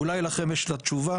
אולי לכם יש את התשובה.